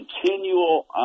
continual